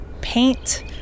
paint